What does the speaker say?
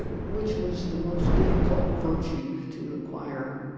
ah which was the most difficult virtue to acquire.